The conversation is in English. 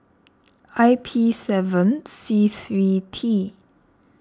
I P seven C three T